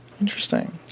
Interesting